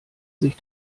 sich